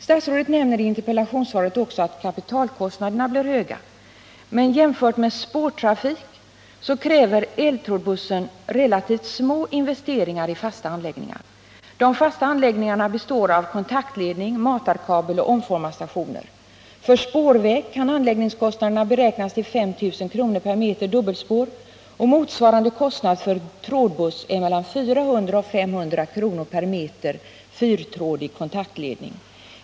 Statsrådet nämner i interpellationssvaret också att kapitalkostnaderna blir höga, men jämfört med spårtrafik kräver eltrådbussen relativt små investeringar i fasta anläggningar. De fasta anläggningarna består av kontaktledningar, matarkabel och omformarstationer. För spårväg kan anläggningskostnaderna beräknas till 5 000 kr. m fyrtrådig kontaktledning.